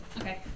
Okay